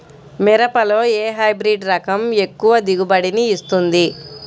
మిరపలో ఏ హైబ్రిడ్ రకం ఎక్కువ దిగుబడిని ఇస్తుంది?